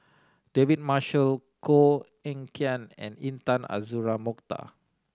David Marshall Koh Eng Kian and Intan Azura Mokhtar